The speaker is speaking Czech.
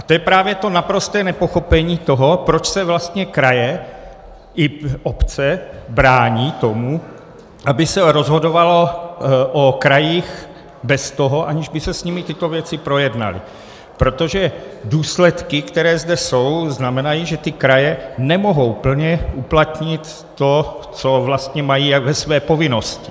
A to je právě to naprosté nepochopení toho, proč se vlastně kraje i obce brání tomu, aby se rozhodovalo o krajích, aniž by se s nimi tyto věci projednaly, protože důsledky, které zde jsou, znamenají, že ty kraje nemohou plně uplatnit to, co vlastně mají ve své povinnosti.